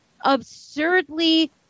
absurdly